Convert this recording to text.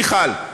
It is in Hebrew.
מיכל,